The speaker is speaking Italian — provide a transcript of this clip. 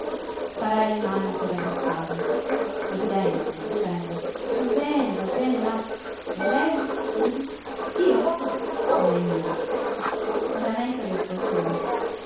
parai le mani per arrestarlo sorridendo e dicendo va bene va bene ma e lei scusi io come io si lamenta del suo autore